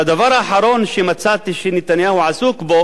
והדבר האחרון שמצאתי שנתניהו עסוק בו